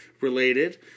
related